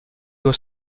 due